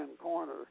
corner